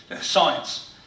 science